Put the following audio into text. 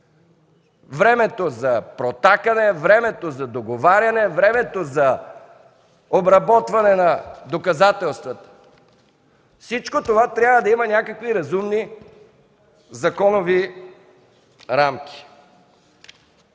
времето за протакане, времето за договаряне, времето за обработване на доказателствата. Всичко това трябва да има някакви разумни законови рамки.